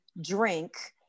drink